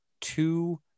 two